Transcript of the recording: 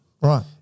Right